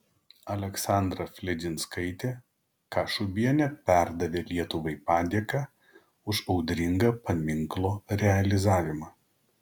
aleksandra fledžinskaitė kašubienė perdavė lietuvai padėką už audringą paminklo realizavimą